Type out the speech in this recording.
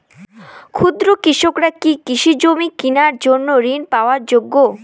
ক্ষুদ্র কৃষকরা কি কৃষিজমি কিনার জন্য ঋণ পাওয়ার যোগ্য?